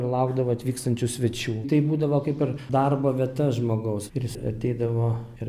ir laukdavo atvykstančių svečių tai būdavo kaip ir darbo vieta žmogaus ir jis ateidavo ir